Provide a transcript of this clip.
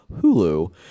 Hulu